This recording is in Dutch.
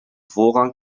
voorrang